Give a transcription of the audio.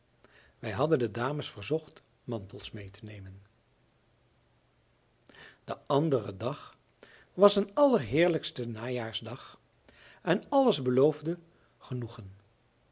wij hadden de dames verzocht mantels mee te nemen de andere dag was een allerheerlijkste najaarsdag en alles beloofde genoegen